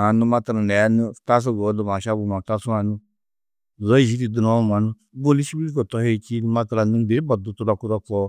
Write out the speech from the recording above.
Aã nû matal nû aya tasu guru du maša bummaa, tasu-ã nû zo yî di dunuwo, mannu bôli sîbilko tohi čîidi matalan nû mbi mbo du tudokudo koo.